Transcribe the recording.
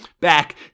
back